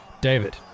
David